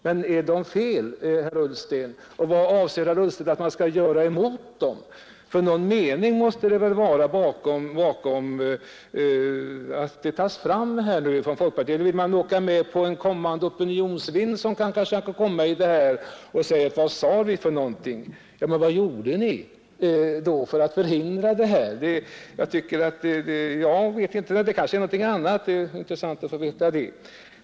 Men är det något fel, herr Ullsten? Och vad anser herr Ullsten att man skall göra emot dessa höjningar? För någon mening måste det väl vara med att detta tas upp från folkpartiet. Vill man åka med en opinionsvind som kan komma på detta område och säga: Vad sade vi för någonting? Men vad gjorde ni då för att förhindra denna utveckling? Det är kanske någon annan mening bakom, och det vore intressant att få veta det.